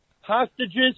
hostages